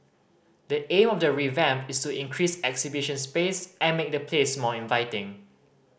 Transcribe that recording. the aim of the revamp is to increase exhibition space and make the place more inviting